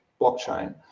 blockchain